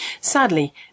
Sadly